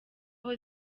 aho